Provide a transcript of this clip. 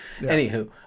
anywho